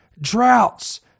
Droughts